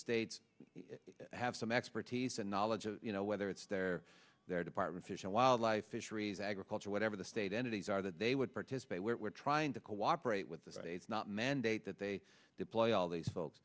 states have some expertise and knowledge of you know whether it's their their department fish and wildlife fisheries agriculture whatever the state entities are that they would participate we're trying to cooperate with the not mandate that they deploy all these folks